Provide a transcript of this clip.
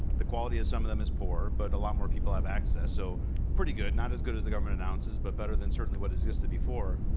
the quality of some of the is poor, but a lot more people have access. so pretty good, not as good as the government announces, but better than certainly what existed before.